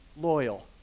loyal